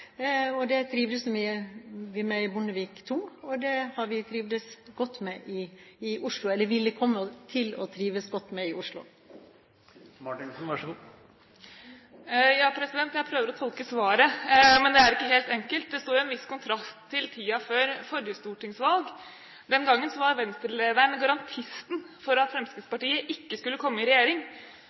til å trives godt med i Oslo. Jeg prøver å tolke svaret, men det er ikke helt enkelt. Det står i en viss kontrast til tiden før forrige stortingsvalg. Den gangen var Venstre-lederen garantisten for at Fremskrittspartiet ikke skulle komme i regjering.